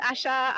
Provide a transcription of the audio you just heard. Asha